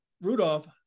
Rudolph